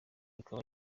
ikaba